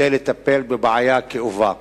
כדי לטפל בבעיה כאובה.